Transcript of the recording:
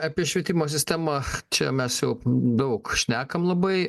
apie švietimo sistemą čia mes jau daug šnekam labai